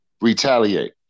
retaliate